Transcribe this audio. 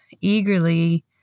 eagerly